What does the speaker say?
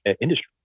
industry